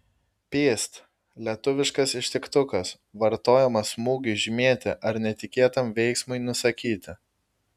pyst lietuviškas ištiktukas vartojamas smūgiui žymėti ar netikėtam veiksmui nusakyti